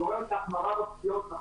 היא גורמת להחמרה בפציעות, נכון,